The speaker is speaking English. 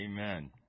Amen